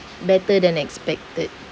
better than expected